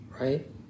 Right